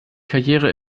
karriere